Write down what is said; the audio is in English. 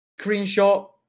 screenshot